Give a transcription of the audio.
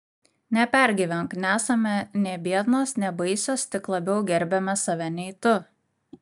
nepergyvenk nesame ne biednos ne baisios tik labiau gerbiame save nei tu